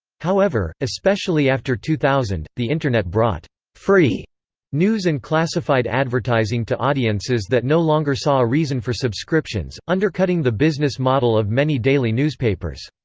however, especially after two thousand, the internet brought free news and classified advertising to audiences that no longer saw a reason for subscriptions, undercutting the business model of many daily newspapers.